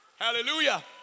Hallelujah